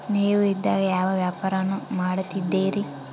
ನೇವು ಇದೇಗ ಯಾವ ವ್ಯಾಪಾರವನ್ನು ಮಾಡುತ್ತಿದ್ದೇರಿ?